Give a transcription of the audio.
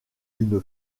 une